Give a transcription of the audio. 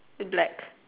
black